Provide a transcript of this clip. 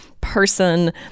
person